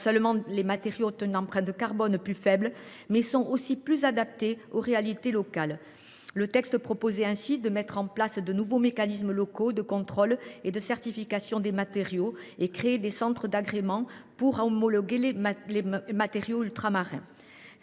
seulement les matériaux ont une empreinte carbone plus faible, mais ils sont aussi plus adaptés aux réalités locales. L’article 3, dans sa rédaction initiale, prévoyait ainsi de mettre en place de nouveaux mécanismes locaux de contrôle et de certification des matériaux et de créer des centres d’agrément pour homologuer les matériaux ultramarins.